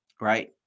Right